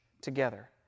together